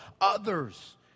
others